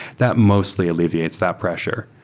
that mostly alleviates that pressure.